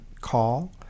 call